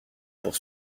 pour